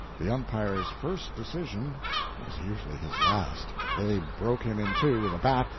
the umpire's first decision was usually his last they broke him in two with a bat,